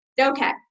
okay